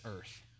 earth